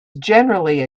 generally